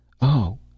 Oh